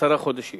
עשרה חודשים